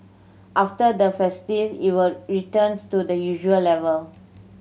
after the it will returns to the usual level